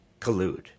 collude